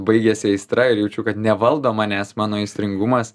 baigiasi aistra ir jaučiu kad nevaldo manęs mano aistringumas